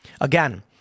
Again